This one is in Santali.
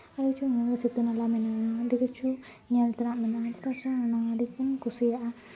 ᱟᱹᱰᱤ ᱠᱤᱪᱷᱩ ᱥᱤᱛᱟᱹᱱᱟᱞᱟ ᱢᱮᱱᱟᱜᱼᱟ ᱟᱹᱰᱤ ᱠᱤᱪᱷᱩ ᱧᱮᱞ ᱛᱮᱱᱟᱜ ᱢᱮᱱᱟᱜᱼᱟ ᱪᱮᱫᱟᱜ ᱥᱮ ᱟᱹᱰᱤᱜᱤᱧ ᱠᱩᱥᱤᱭᱟᱜᱼᱟ